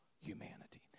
humanity